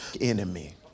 enemy